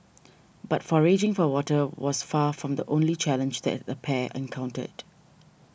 but foraging for water was far from the only challenge that the pair encountered